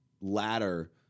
ladder